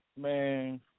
Man